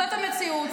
זאת המציאות.